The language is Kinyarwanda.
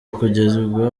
kugezwa